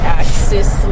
axis